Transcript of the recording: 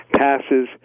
passes